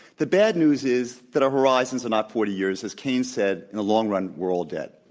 the bad news is, that horizons are not forty years. as cain said, in the long run, we're all dead.